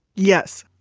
yes.